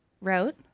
wrote